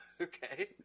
Okay